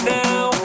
now